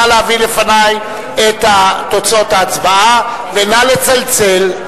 נא להביא לפני את תוצאות ההצבעה ונא לצלצל.